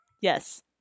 Yes